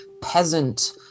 peasant